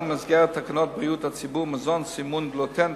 במסגרת תקנות בריאות הציבור (מזון) (סימון גלוטן),